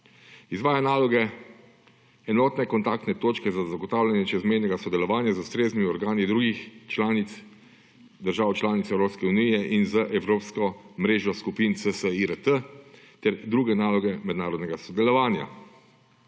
Izvaja naloge enotne kontaktne točke za zagotavljanje čezmejnega sodelovanja z ustreznimi organi drugih držav članic Evropske unije in z evropsko mrežo skupin CSIRT ter druge naloge mednarodnega sodelovanja.